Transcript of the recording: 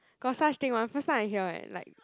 got such thing [one] first time I hear [right] like